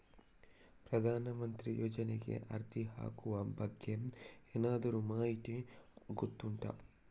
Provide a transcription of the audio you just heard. ಪ್ರಧಾನ ಮಂತ್ರಿ ಯೋಜನೆಗೆ ಅರ್ಜಿ ಹಾಕುವ ಬಗ್ಗೆ ಏನಾದರೂ ಮಾಹಿತಿ ಗೊತ್ತುಂಟ?